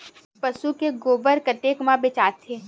पशु के गोबर कतेक म बेचाथे?